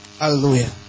Hallelujah